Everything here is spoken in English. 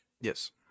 Yes